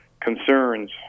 concerns